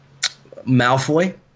Malfoy